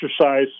exercise